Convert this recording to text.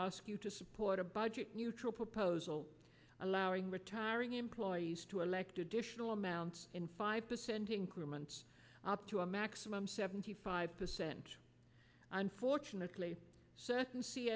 ask you to support a budget neutral proposal allowing retiring employees to elect additional amounts in five percent increments up to a maximum seventy five percent unfortunately se